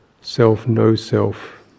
self-no-self